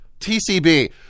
TCB